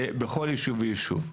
בכל יישוב ויישוב.